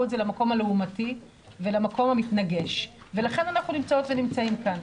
את זה למקום הלעומתי ולמקום המתנגש ולכן אנחנו נמצאות ונמצאים כאן.